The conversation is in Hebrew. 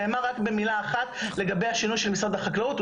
נאמר רק במילה אחת לגבי השינוי של משרד החקלאות,